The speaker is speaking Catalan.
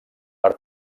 per